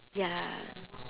ya